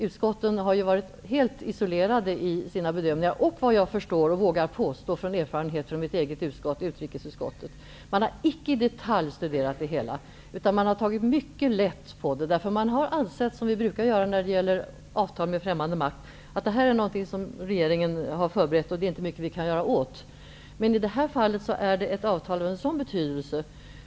Utskotten har varit helt isolerade i sina bedömningar. Jag vågar dessutom påstå, med erfarenhet från mitt eget utskott, utrikesutskottet, att man icke i detalj har studerat det hela, utan man har tagit mycket lätt på det. Man har ansett - som vi brukar göra när det gäller avtal med främmande makt - att det är någonting som regeringen har förberett, och det är inte mycket vi kan göra åt det. I det här fallet är det ett avtal av stor betydelse.